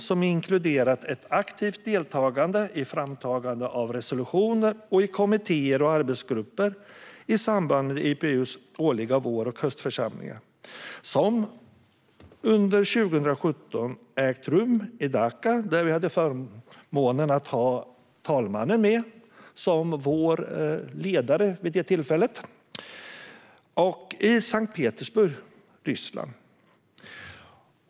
Det har inkluderat ett aktivt deltagande i framtagandet av resolutioner och i kommittéer och arbetsgrupper i samband med IPU:s årliga vår och höstförsamlingar. De har under 2017 ägt rum i Dhaka, där vi hade förmånen att ha med talmannen som vår ledare, och i Sankt Petersburg, Ryssland.